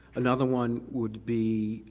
another one would be,